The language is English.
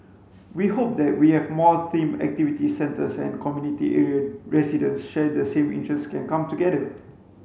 we hope that we have more themed activity centres and community area residents share the same interest can come together